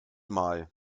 mal